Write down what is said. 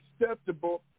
acceptable